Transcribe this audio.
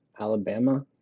Alabama